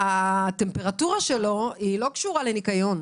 הטמפרטורה שלו לא קשורה לניקיון.